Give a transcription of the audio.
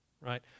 right